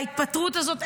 וההתפטרות הזאת,